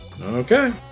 Okay